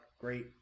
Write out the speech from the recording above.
great